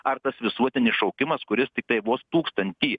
ar tas visuotinis šaukimas kuris tiktai vos tūkstantį